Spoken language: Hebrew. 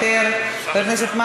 חבר הכנסת יהודה גליק,